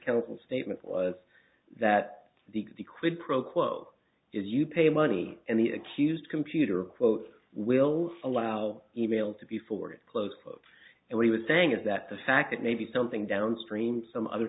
chemical statement was that the quid pro quo is you pay money and the accused computer quote will allow e mail to be forwarded close quote and he was saying is that the fact that maybe something downstream some other